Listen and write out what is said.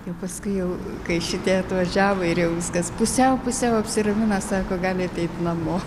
jau paskui jau kai šitie atvažiavo ir jau viskas pusiau pusiau apsiramino sako galit eit namo